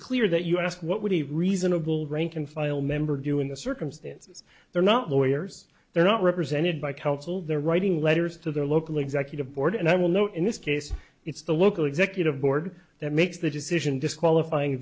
clear that you ask what would be reasonable rank and file member do in the circumstances they're not lawyers they're not represented by counsel they're writing letters to their local executive board and i will know in this case it's the local executive board that makes the decision disqualifying